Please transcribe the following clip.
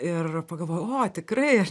ir pagalvojau oho tikrai aš